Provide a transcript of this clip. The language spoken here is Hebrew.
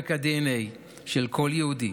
בעומק הדנ"א של כל יהודי,